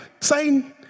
Satan